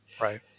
Right